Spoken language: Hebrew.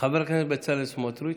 חבר הכנסת בצלאל סמוטריץ'